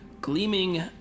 gleaming